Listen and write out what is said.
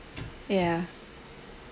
ya